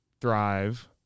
Thrive